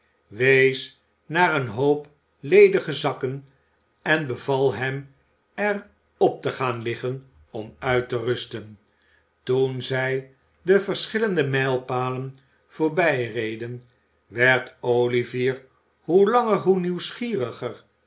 wees naar een hoop ledige zakken en beval hem er op te gaan liggen om uit te rusten toen zij de verschillende mijlpalen voorbijreden werd olivier hoe langer hoe nieuwsgieriger